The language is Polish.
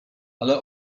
ale